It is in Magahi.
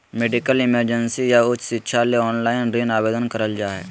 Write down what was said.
मेडिकल इमरजेंसी या उच्च शिक्षा ले ऑनलाइन ऋण आवेदन करल जा हय